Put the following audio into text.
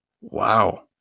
Wow